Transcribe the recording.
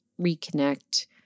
reconnect